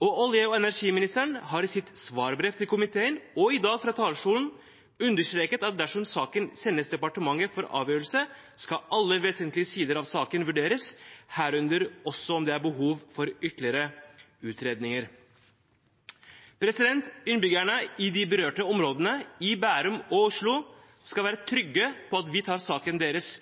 Olje- og energiministeren har i sitt svarbrev til komiteen og i dag fra talerstolen understreket at dersom saken sendes departementet for avgjørelse, skal alle vesentlige sider av saken vurderes, herunder også om det er behov for ytterligere utredninger. Innbyggerne i de berørte områdene i Bærum og Oslo skal være trygge på at vi tar saken deres